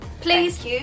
please